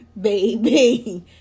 baby